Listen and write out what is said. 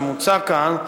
שמוצע כאן,